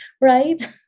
Right